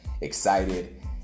excited